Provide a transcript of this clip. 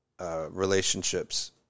relationships